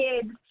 kids